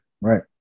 Right